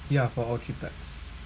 ya for all three pax